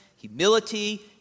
humility